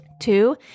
Two